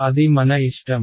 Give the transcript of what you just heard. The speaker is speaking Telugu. అది మన ఇష్టం